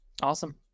awesome